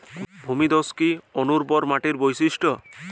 ভূমিধস কি অনুর্বর মাটির বৈশিষ্ট্য?